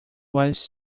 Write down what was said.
was